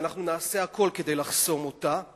ואנחנו נעשה הכול כדי לחסום אותה,